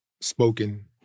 spoken